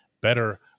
Better